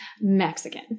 Mexican